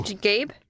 Gabe